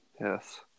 Yes